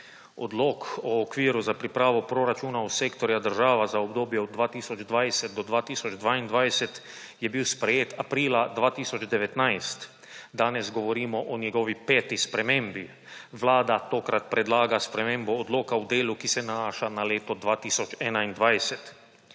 Odlok o okviru za pripravo proračunov sektorja država za obdobje od 2020 do 2022 je bil sprejet aprila 2019. Danes govorimo o njegovi peti spremembi. Vlada tokrat predlaga spremembo odloka v delu, ki se nanaša na leto 2021.